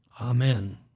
Amen